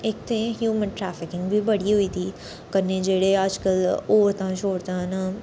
इक ते human trafficking बी बड़ी होई गेदी ते कन्नै जेह्ड़े अज्जकल औरतां शौरतां न